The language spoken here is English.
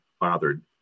bothered